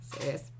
Serious